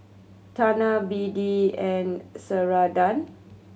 Tena B D and Ceradan